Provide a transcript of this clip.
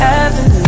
avenue